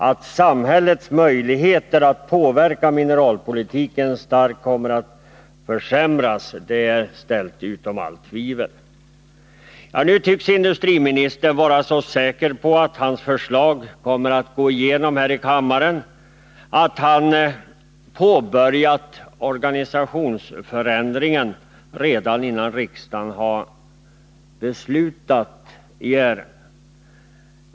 Att samhällets möjligheter att påverka mineralpolitiken starkt kommer att försämras är ställt utom allt tvivel. Industriministern tycks vara så säker på att hans förslag kommer att gå igenom här i kammaren att han påbörjat organisationsförändringen redan innan riksdagen har fattat beslut i ärendet.